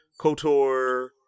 KOTOR